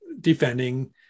defending